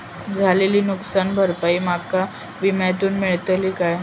झालेली नुकसान भरपाई माका विम्यातून मेळतली काय?